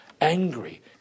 angry